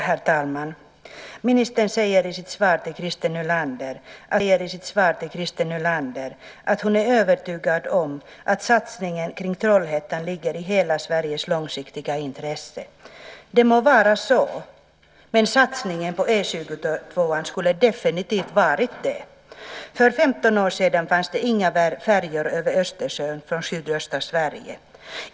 Herr talman! Ministern säger i sitt svar till Christer Nylander att hon är övertygad om att satsningen på Trollhättan ligger i hela Sveriges långsiktiga intresse. Det må vara så. Men satsningen på E 22 skulle definitivt varit det. För 15 år sedan fanns det inga färjor över Östersjön från sydöstra Sverige.